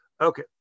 Okay